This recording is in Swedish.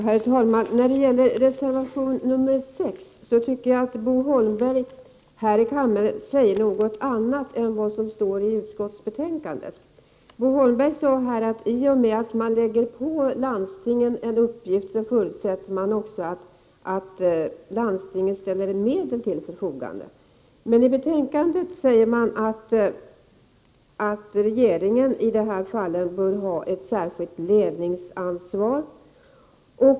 Herr talman! När det gäller reservation nr 6 tyckte jag att Bo Holmberg här i kammaren sade något annat än vad som står i utskottsbetänkandet. Bo Holmberg sade att i och med att man lägger på landstingen en uppgift, förutsätter man också att landstingen ställer medel till förfogande. I betänkandet säger man emellertid att regeringen i de här fallen bör ha ett särskilt ledningsansvar.